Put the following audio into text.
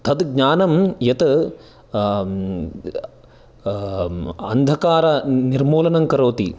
तत् ज्ञानं यत् अन्धकारनिर्मूलनं करोति